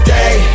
day